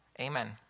Amen